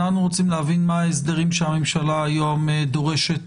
אנחנו רוצים להבין מה ההסדרים שהממשלה היום דורשת